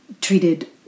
treated